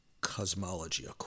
cosmology